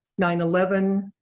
nine eleven,